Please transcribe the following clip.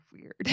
weird